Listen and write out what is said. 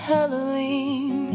Halloween